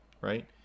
right